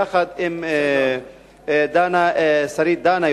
יחד עם שרית דנה,